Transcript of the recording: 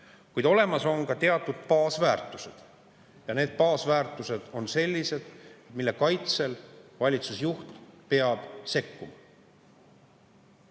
Kuid olemas on ka teatud baasväärtused. Ja need baasväärtused on sellised, mille kaitsel valitsusjuht peab sekkuma.